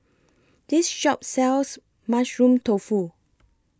This Shop sells Mushroom Tofu